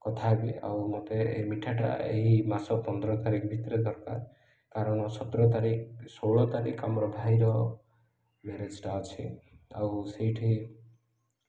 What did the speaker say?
କଥା ହେବି ଆଉ ମତେ ଏ ମିଠାଟା ଏହି ମାସ ପନ୍ଦର ତାରିଖ ଭିତରେ ଦରକାର କାରଣ ସତର ତାରିଖ ଷୋହଳ ତାରିଖ ଆମର ଭାଇର ମ୍ୟାରେଜ୍ଟା ଅଛି ଆଉ ସେଇଠି